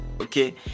okay